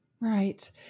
Right